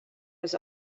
was